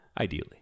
ideally